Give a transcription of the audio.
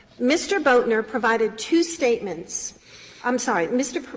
mr. boatner provided two statements i'm sorry. mr.